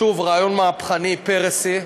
שוב, רעיון מהפכני, פֶּרֶסי,